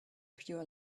pure